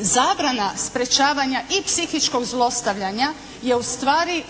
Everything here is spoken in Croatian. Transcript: zabrana sprječavanja i psihičkog zlostavljanja je ustvari